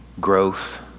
growth